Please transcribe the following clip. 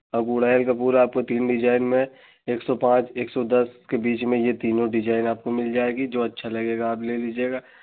और गुड़हैल का फूल आपको तीन डिजाइन में एक सौ पाँच एक सौ दस के बीच में यह तीनों डिजाइन आपको मिल जाएगी जो अच्छा लगेगा आप ले लीजिएगा